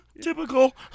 typical